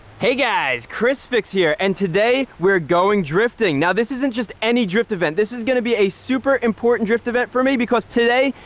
hey guys! chrisfix here and today, we're going drifting. now this isn't just any drift event, this is gonna be a super important drift event for me because today,